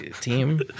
team